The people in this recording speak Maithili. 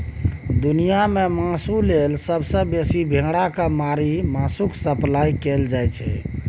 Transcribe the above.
दुनियाँ मे मासु लेल सबसँ बेसी भेड़ा केँ मारि मासुक सप्लाई कएल जाइ छै